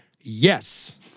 yes